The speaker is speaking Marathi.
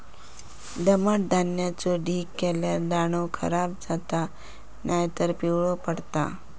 दमट धान्याचो ढीग केल्यार दाणो खराब जाता नायतर पिवळो पडता